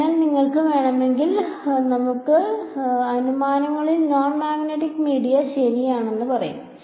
അതിനാൽ നിങ്ങൾക്ക് വേണമെങ്കിൽ നമുക്ക് അനുമാനങ്ങളിൽ നോൺ മാഗ്നെറ്റിക് മീഡിയ ശരി എന്ന് പറയാം